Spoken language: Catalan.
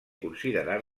considerar